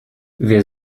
wer